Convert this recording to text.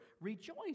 rejoice